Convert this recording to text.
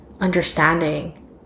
understanding